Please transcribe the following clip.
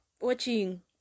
watching